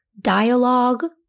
dialogue